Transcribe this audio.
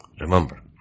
Remember